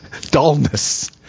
Dullness